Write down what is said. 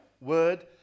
word